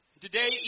Today